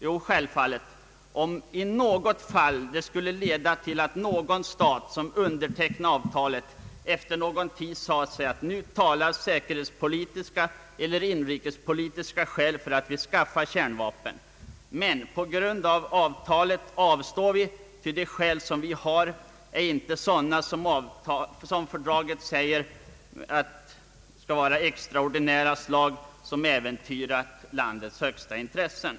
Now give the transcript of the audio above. Jo, självfallet, om det i något fall skulle leda till att en stat som undertecknat avtalet efter en tid säger sig att säkerhetspolitiska eller inrikespolitiska skäl talar för att vederbörande stat skaffar kärnvapen men ändå avstår på grund av att det i fördraget står att skälen måste vara av »extraordinärt» slag som äventyrar landets högsta intressen.